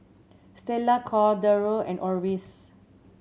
Stella Cordero and Orvis